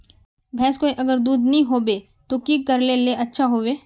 भैंस कोई अगर दूध नि होबे तो की करले ले अच्छा होवे?